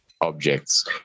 objects